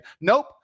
nope